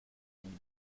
you